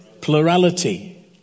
plurality